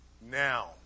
Now